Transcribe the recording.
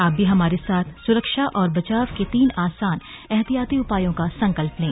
आप भी हमारे साथ सुरक्षा और बचाव के तीन आसान एहतियाती उपायों का संकल्प लें